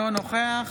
נוכח